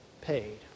paid